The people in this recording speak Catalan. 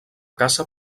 caça